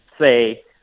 say